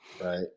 right